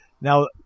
Now –